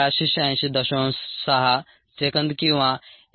6 second किंवा 21